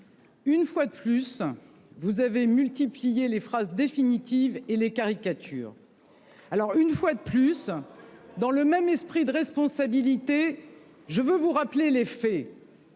une fois de plus, vous avez multiplié les phrases définitives et les caricatures ... Alors, une fois de plus, dans un esprit de responsabilité, je veux vous rappeler les faits